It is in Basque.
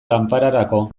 lanpararako